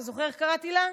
אתה זוכר איך קראתי לה?